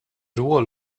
rwol